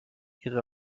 ihre